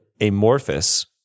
amorphous